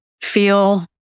Feel